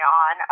on